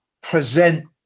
present